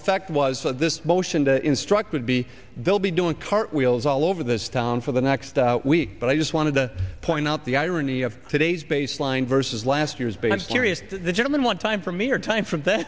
effect was this motion to instruct would be they'll be doing cartwheels all over this town for the next week but i just wanted to point out the irony of today's baseline versus last year's big serious the gentlemen one time for me or time from that